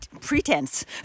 pretense